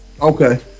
Okay